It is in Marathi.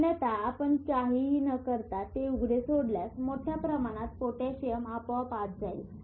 अन्यथा आपण काहीही न करता ते उघडे सोडल्यास मोठ्या प्रमाणात पोटॅशियम आपोआप आत जाईल